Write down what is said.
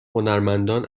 هنرمندان